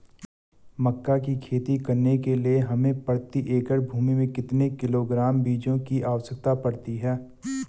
मक्का की खेती करने के लिए हमें प्रति एकड़ भूमि में कितने किलोग्राम बीजों की आवश्यकता पड़ती है?